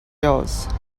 yours